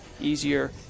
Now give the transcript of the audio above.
easier